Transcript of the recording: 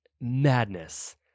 madness